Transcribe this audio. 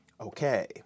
okay